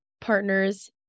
partners